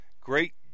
Great